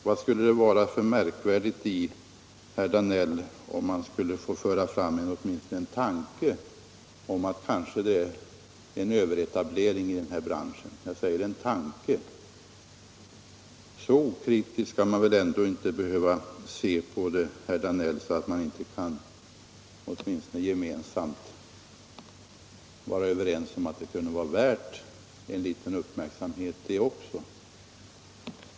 Vad skulle det vara för märkvärdigt i att man skulle få föra fram åtminstone en tanke om att det kanske är en överetablering i den här branschen? Jag säger en tanke. Så okritiskt skall man väl ändå inte behöva se på branschen, herr Danell, att man inte gemensamt kan vara överens om att detta också kunde vara värt någon uppmärksamhet.